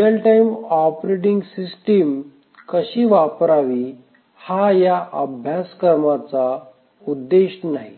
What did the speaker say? real time operating system कशी वापरावी हा या अभ्यासक्रमाचा उद्देश नाही